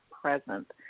present